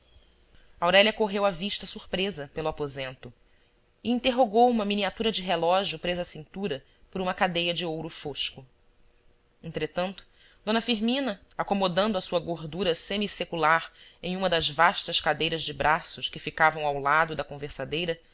aurélia correu a vista surpresa pelo aposento e interrogou uma miniatura de relógio presa à cintura por uma cadeia de ouro fosco entretanto d firmina acomodando a sua gordura semi secular em uma das vastas cadeiras de braços que ficavam ao lado da conversadeira